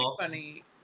funny